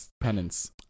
penance